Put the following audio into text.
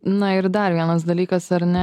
na ir dar vienas dalykas ar ne